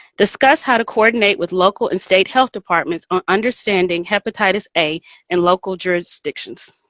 discuss how to coordinate with local and state health departments on understanding hepatitis a in local jurisdictions.